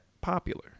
popular